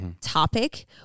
topic